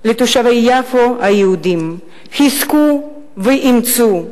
לתושבי יפו היהודים: חזקו ואמצו.